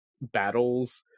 battles